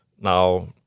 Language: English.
now